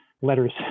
letters